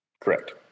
correct